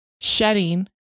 shedding